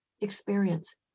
experience